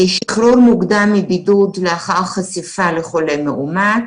שחרור מוקדם מבידוד לאחר חשיפה לחולה מאומת,